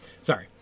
sorry